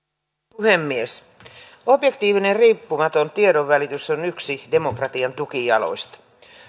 puhemies objektiivinen riippumaton tiedonvälitys on yksi demokratian tukijaloista